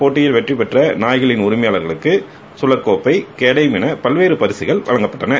போட்டியில் வெற்றி பெற்ற நாய்களின் உரிமையாளர்களுக்கு சுழற்கோப்பை கேடயம் என பல்வேறு பரிசுகள் வழங்கப்பட்டன